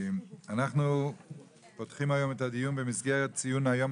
אנחנו פותחים היום את הדיון במסגרת ציון היום